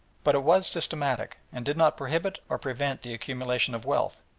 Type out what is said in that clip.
but it was systematic and did not prohibit or prevent the accumulation of wealth,